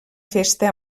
festa